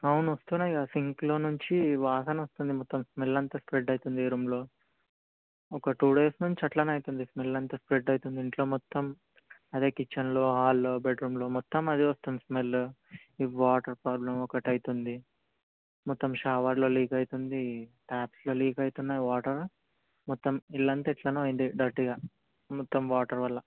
అవును వస్తున్నాయి కదా సింక్లో నుంచి వాసన వస్తుంది మొత్తం స్మెల్ అంతా స్ప్రెడ్ అవుతుంది ఏ రూమ్లో ఒక టూ డేస్ నుంచి అట్లనే అయితుంది స్మెల్ అంతా స్ప్రెడ్ అవుతుంది ఇంట్లో మొత్తం అదే కిచెన్లో హాల్లో బెడ్రూమ్లో మొత్తం అదే వస్తుంది స్మెల్లు ఈ వాటర్ ప్రాబ్లం ఒకటి అవుతుంది మొత్తం షవర్లో లీక్ అవుతుంది టాప్స్లో లీక్ అవుతున్నాయి వాటర్ మొత్తం ఇల్లంతా ఎట్లనో అయింది డర్టీగా మొత్తం వాటర్ వల్ల